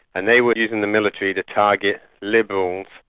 and they were using the military to target liberals,